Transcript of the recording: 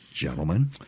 gentlemen